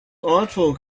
artful